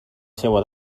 seua